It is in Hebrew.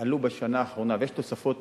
עלו בשנה האחרונה, ויש תוספות